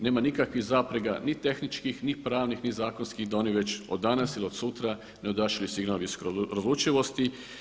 Nema nikakvih zapreka ni tehničkih ni pravnih ni zakonskih da oni već od danas ili od sutra ne odašilju signal visoke razlučivosti.